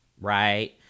Right